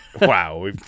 Wow